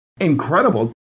Incredible